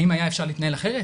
האם היה אפשר להתנהל אחרת?